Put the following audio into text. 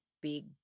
big